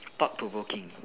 thought provoking